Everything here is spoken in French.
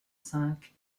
cinq